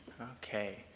Okay